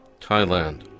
Thailand